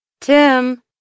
Tim